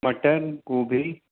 मटर गोभी